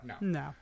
no